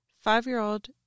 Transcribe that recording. Five-year-old